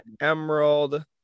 Emerald